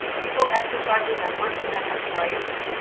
people exercising their first amendment rights,